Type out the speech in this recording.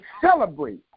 celebrate